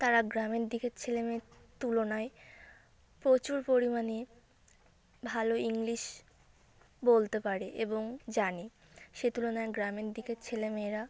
তারা গ্রামের দিকের ছেলে মেয়ের তুলনায় প্রচুর পরিমাণে ভালো ইংলিশ বলতে পারে এবং জানে সে তুলনায় গ্রামের দিকের ছেলে মেয়েরা